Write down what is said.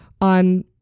on